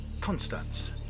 Constance